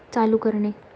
चालू करणे